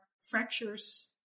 fractures